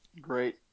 Great